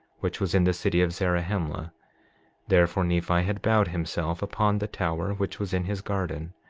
which was in the city of zarahemla therefore, nephi had bowed himself upon the tower which was in his garden,